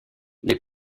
les